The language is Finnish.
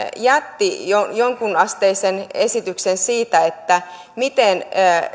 jätti jonkunasteisen esityksen siitä miten